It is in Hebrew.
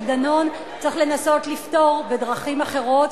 דנון צריך לנסות לפתור בדרכים אחרות.